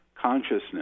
consciousness